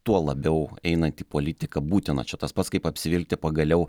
tuo labiau einant į politiką būtina čia tas pats kaip apsivilkti pagaliau